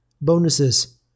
bonuses